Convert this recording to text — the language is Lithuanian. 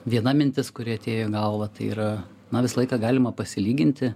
viena mintis kuri atėjo į galvą tai yra man visą laiką galima pasilyginti